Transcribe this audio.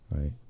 right